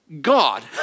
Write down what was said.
God